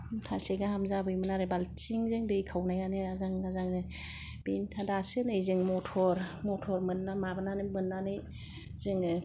मुथासे गाहाम जाबोयोमोन आरो बाल्थिंजों दै खावनायानो आजां गाजांनो बेनिफ्राय दासो नै जों मथर मथर मोन्ना माबानानै मोन्नानै जोङो